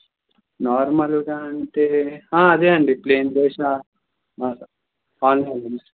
నార్మల్గా అంటే అదే అండి ప్లేన్ దోశ మస ఆనియన్ దోశ